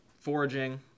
foraging